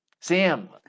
Sam